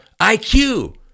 IQ